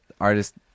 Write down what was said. Artist